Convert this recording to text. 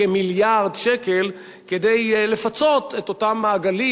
כמיליארד שקל כדי לפצות את אותם מעגלים